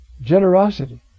generosity